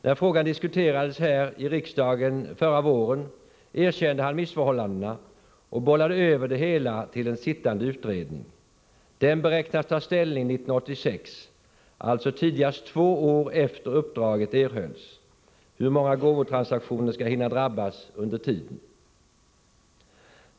När frågan diskuterades här i riksdagen i våras, erkände han missförhållandena och bollade över det hela till en sittande utredning. Den beräknas ta ställning 1986, alltså tidigast två år efter det uppdraget erhölls. Hur många gåvotransaktioner skall hinna drabbas under tiden?